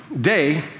day